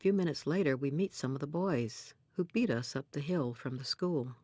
few minutes later we meet some of the boys who beat us up the hill from the school